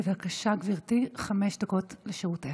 בבקשה, גברתי, חמש דקות לרשותך.